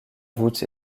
voûte